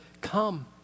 come